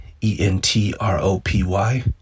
E-N-T-R-O-P-Y